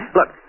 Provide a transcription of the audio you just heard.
Look